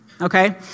okay